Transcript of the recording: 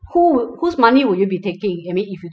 who would whose money would you be taking I mean if you